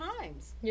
times